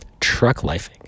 truck-lifing